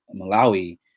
Malawi